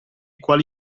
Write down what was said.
quali